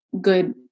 good